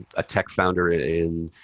a tech founder in